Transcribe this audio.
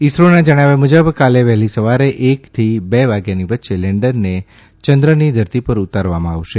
ઇસરોના જણાવ્યા મુજબ કાલે વહેલી સવારે એકથી બે વાગ્યાની વચ્ચે લેન્ડરને ચંદ્રની ધરતી પર ઉતારવામાં આવશે